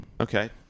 Okay